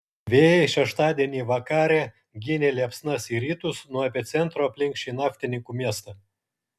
vėjai šeštadienį vakarė ginė liepsnas į rytus nuo epicentro aplink šį naftininkų miestą